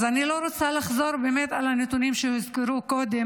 אז אני לא רוצה לחזור על הנתונים שהוזכרו קודם,